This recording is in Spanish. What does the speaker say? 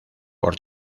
por